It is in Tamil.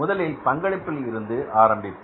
முதலில் பங்களிப்பில் இருந்து ஆரம்பிப்போம்